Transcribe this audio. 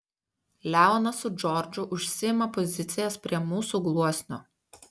leonas su džordžu užsiima pozicijas prie mūsų gluosnio